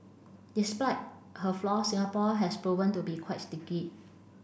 despite her flaw Singapore has proven to be quite sticky